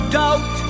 doubt